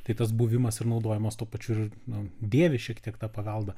tai tas buvimas ir naudojimas tuo pačiu nu dėvi šiek tiek ta paveldą